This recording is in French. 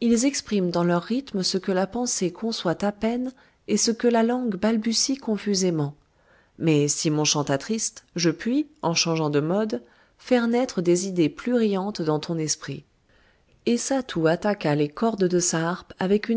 ils expriment dans leurs rythmes ce que la pensée conçoit à peine et ce que la langue balbutie confusément mais si mon chant t'attriste je puis en changeant de mode faire naître des idées plus riantes dans ton esprit et satou attaqua les cordes de sa harpe avec